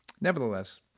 Nevertheless